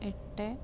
എട്ട്